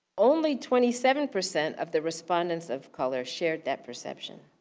only twenty seven percent of the respondents of color shared that perception.